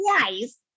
twice